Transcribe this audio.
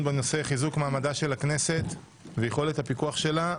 בנושא חיזוק מעמדה של הכנסת ויכולת הפיקוח שלה.